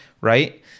Right